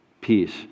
Peace